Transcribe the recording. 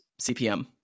CPM